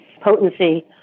potency